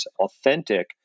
authentic